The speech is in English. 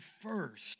first